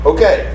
Okay